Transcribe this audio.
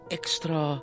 extra